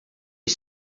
est